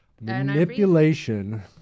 manipulation